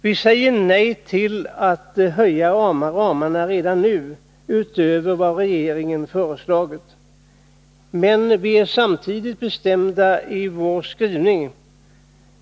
Vi säger i utskottet nej till att redan nu höja ramarna utöver vad regeringen har föreslagit. Men vi är samtidigt bestämda i vår skrivning.